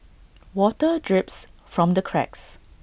water drips from the cracks